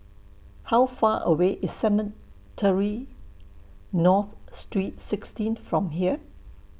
How Far away IS Cemetry North Street sixteen from here